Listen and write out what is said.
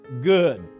good